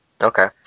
Okay